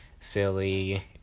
silly